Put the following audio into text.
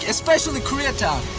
especially koreatown.